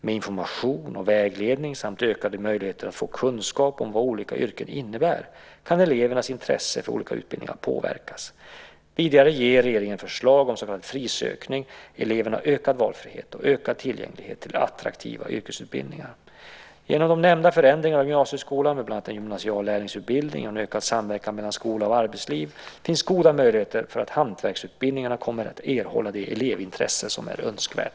Med information och vägledning samt ökade möjligheter att få kunskap om vad olika yrken innebär kan elevernas intresse för olika utbildningar påverkas. Vidare ger regeringens förslag om så kallad frisökning eleverna ökad valfrihet och ökad tillgänglighet till attraktiva yrkesutbildningar. Genom de nämnda förändringarna av gymnasieskolan med bland annat en gymnasial lärlingsutbildning och en ökad samverkan mellan skola och arbetsliv finns goda möjligheter för att hantverksutbildningarna kommer att erhålla det elevintresse som är önskvärt.